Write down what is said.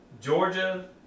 Georgia